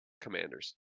Commanders